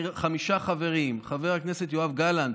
חמישה חברים: חבר הכנסת יואב גלנט,